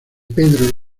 pedro